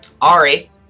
Ari